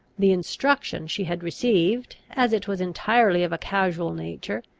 the instruction she had received, as it was entirely of a casual nature,